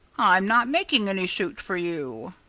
i'm not making any suit for you.